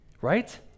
Right